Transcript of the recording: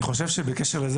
אני חושב שבקשר לזה,